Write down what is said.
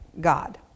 God